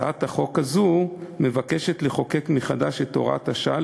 הצעת החוק הזאת מבקשת לחוקק מחדש את הוראת השעה.